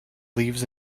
leaves